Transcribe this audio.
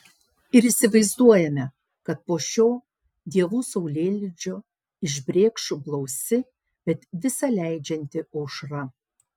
ir įsivaizduojame kad po šio dievų saulėlydžio išbrėkš blausi bet visa leidžianti aušra